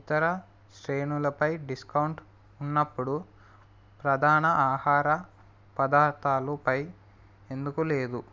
ఇతర శ్రేణులపై డిస్కౌంట్ ఉన్నప్పుడు ప్రధాన ఆహార పదార్థాలపై ఎందుకు లేదు